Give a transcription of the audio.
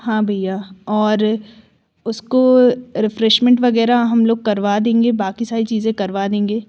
हाँ भैया और उसको रिफ़्रेशमेंट वग़ैरह हम लोग करवा देंगे बाक़ी सारी चीज़ें करवा देंगे